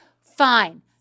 Fine